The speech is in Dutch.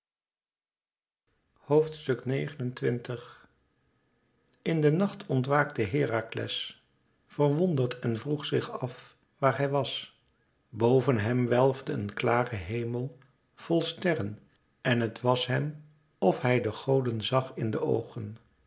xxix in de nacht ontwaakte herakles verwonderd en vroeg zich af waar hij was boven hem welfde een klare hemel vol sterren en het was hem of hij de goden zag in de oogen